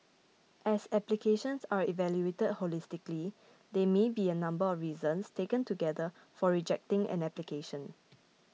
as applications are evaluated holistically there may be a number of reasons taken together for rejecting an application